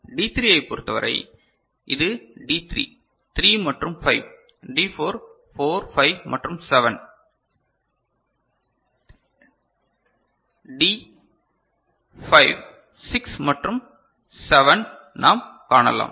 D 3 ஐப் பொறுத்தவரை இது டி 3 3 மற்றும் 5 டி 4 4 5 மற்றும் 7 தே டி 5 6 மற்றும் 7 நாம் காணலாம்